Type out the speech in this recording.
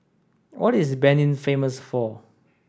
what is Benin famous for